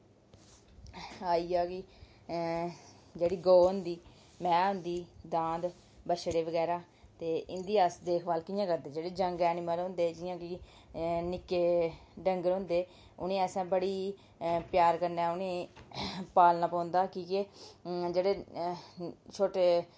आइया कि जेह्ड़ी गौ होंदी मैंह् होंदी दांद बच्छड़े बगैरा ते इंदी अस देख भाल कियां करदे जियां यंग एनिमल होंदे कि निक्के डंगर होंदे उनें ई असें बड़े प्यार कन्नै पालना पौंदा की के जेह्ड़े छोटे